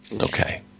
Okay